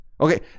okay